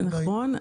נכון.